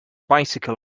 bicycle